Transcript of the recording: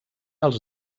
els